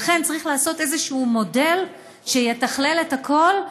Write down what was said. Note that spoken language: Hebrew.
לכן צריך לעשות איזשהו מודל שיתכלל הכול,